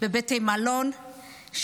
לבתי מלון,